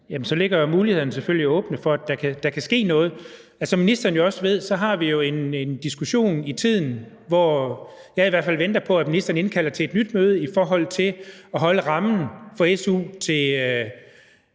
Jamen så ligger mulighederne selvfølgelig åbne for, at der kan ske noget. Som ministeren også ved, har vi en diskussion i tiden, hvor jeg i hvert fald venter på, at ministeren indkalder til et nyt møde i forhold til at holde rammen for su til